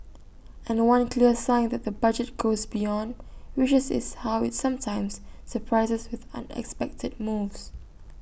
and one clear sign that the budget goes beyond wishes is how IT sometimes surprises with unexpected moves